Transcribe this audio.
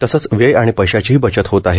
तसंच वेळ आणि पैशांचीही बचत होतं आहे